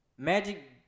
Magic